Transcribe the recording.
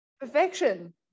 perfection